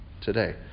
today